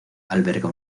alberga